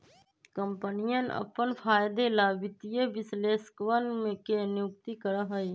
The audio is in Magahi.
कम्पनियन अपन फायदे ला वित्तीय विश्लेषकवन के नियुक्ति करा हई